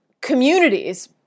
communities